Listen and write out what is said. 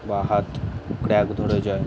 বা হাত ক্র্যাক ধরে যায়